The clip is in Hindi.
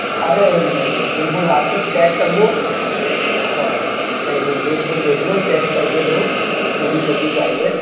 अरे नहीं नहीं बिलकुल आप तो चेक कर लो हाँ नहीं नहीं देख लो देख लो चेक कर के लो जो भी सब्ज़ी चाहिए